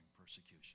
persecution